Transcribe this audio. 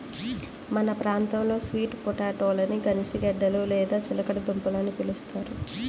మన ప్రాంతంలో స్వీట్ పొటాటోలని గనిసగడ్డలు లేదా చిలకడ దుంపలు అని పిలుస్తారు